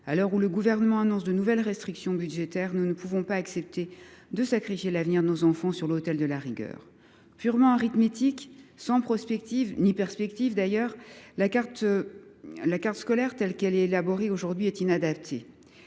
À l’heure où le Gouvernement annonce de nouvelles restrictions budgétaires, nous ne pouvons pas accepter de sacrifier l’avenir de nos enfants sur l’autel de la rigueur ! Purement arithmétique, sans prospective, ni perspective d’ailleurs, la carte scolaire telle qu’elle est élaborée aujourd’hui est inadaptée.